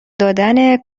دادن